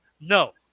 no